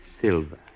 silver